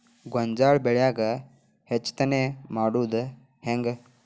ಗೋಂಜಾಳ ಬೆಳ್ಯಾಗ ಹೆಚ್ಚತೆನೆ ಮಾಡುದ ಹೆಂಗ್?